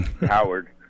Howard